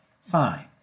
Fine